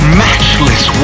matchless